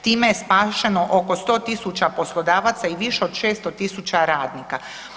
Time je spašeno oko 100.000 poslodavaca i više od 600.000 radnika.